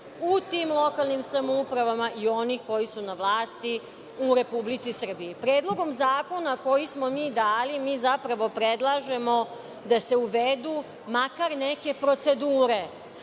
u tim lokalnim samoupravama i onih koji su na vlasti u Republici Srbiji. Predlogom zakona koji smo mi dali, zapravo predlažemo da se uvedu makar neke procedure,